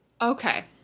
Okay